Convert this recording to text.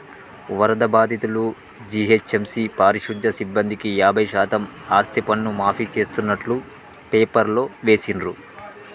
వరద బాధితులు, జీహెచ్ఎంసీ పారిశుధ్య సిబ్బందికి యాభై శాతం ఆస్తిపన్ను మాఫీ చేస్తున్నట్టు పేపర్లో వేసిండ్రు